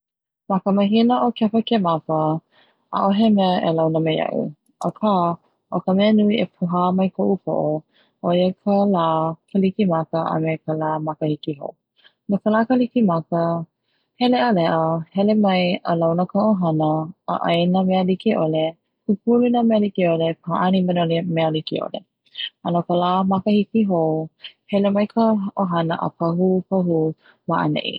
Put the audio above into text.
Ma ka mahina o kepakemapa ʻaʻohe mea e launa me iaʻu aka o ka mea nui e pohā mai koʻu poʻo ʻoia ka lā kalikimaka me ka la makahiki hou. no ka lā kalikimaka he leʻaleʻa hele mai a launa ka ʻohana, a ʻai na mea likeʻole, kukulu na mea likeʻole paʻani me na mea likeʻole a no lā makahiki hou hele mai ka ʻohana a pahupahu maʻaneʻi.